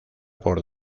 por